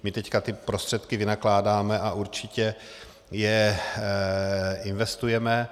My teď ty prostředky vynakládáme a určitě je investujeme.